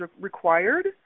required